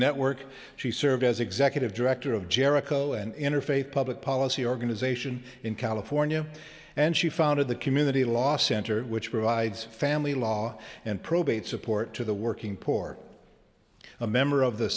network she served as executive director of jericho and interfaith public policy organization in california and she founded the community law center which provides family law and probate support to the working poor a member of the